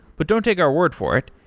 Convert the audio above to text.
but don't take our word for it,